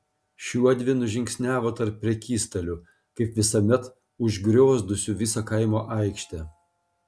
šiuodvi nužingsniavo tarp prekystalių kaip visuomet užgriozdusių visą kaimo aikštę